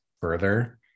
further